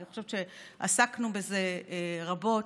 אני חושבת שעסקנו בזה רבות.